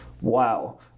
wow